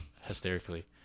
hysterically